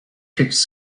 pitched